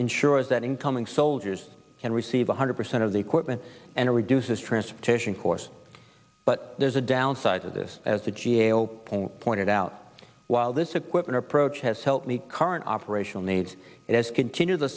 ensures that incoming soldiers can receive one hundred percent of the equipment and reduces transportation course but there's a downside to this as the g a o pointed out while this equipment approach has helped the current operational needs as continue the